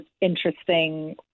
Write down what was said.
interesting